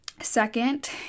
Second